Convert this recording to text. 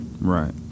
right